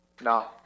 No